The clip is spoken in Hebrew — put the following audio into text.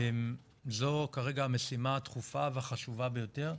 זו כרגע המשימה הדחופה והחשובה ביותר,